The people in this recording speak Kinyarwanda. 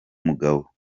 mugabo